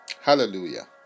hallelujah